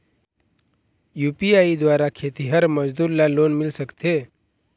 UPI द्वारा खेतीहर मजदूर ला लोन मिल सकथे?